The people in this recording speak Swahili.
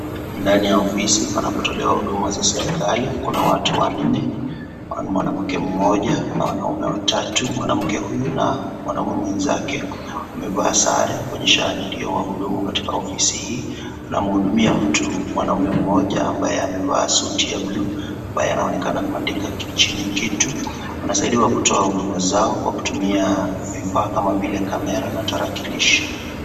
Ndani ya ofisi panapo tolewa huduma za kiserikali, kuna watu wanne mwanake mmoja na wanaume watatu, mwanamke huyu na mwanaume mwenzake wamevaa sare kwenye shati ya wahudumu katika ofisi hii, wanamuhudumia mtu mwanaume mmoja ambaye amevaa suti ya bluu ambaye anaonekana kuandika chini kitu, anasaidiwa kutoa huduma zao kwa kutumia vifaa kama vile kamera na tarakilishi.